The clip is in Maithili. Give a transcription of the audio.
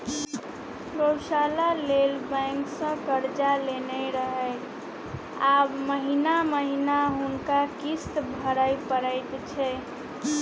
गौशाला लेल बैंकसँ कर्जा लेने रहय आब महिना महिना हुनका किस्त भरय परैत छै